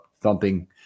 thumping